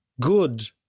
good